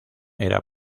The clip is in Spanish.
era